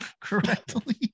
correctly